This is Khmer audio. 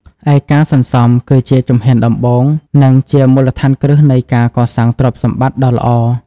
ឯការសន្សំ គឺជាជំហានដំបូង និងជាមូលដ្ឋានគ្រឹះនៃការកសាងទ្រព្យសម្បត្តិដ៏ល្អ។